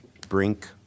Brink